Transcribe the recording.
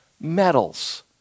metals